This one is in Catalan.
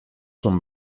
són